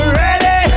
ready